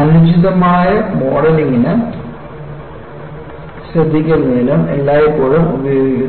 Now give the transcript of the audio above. അനുചിതമായ മോഡലിംഗ് ശ്രദ്ധിക്കുന്നതിനും എല്ലായ്പ്പോഴും ഉപയോഗിക്കുന്നു